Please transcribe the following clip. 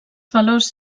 valors